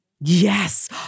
Yes